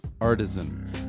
Artisan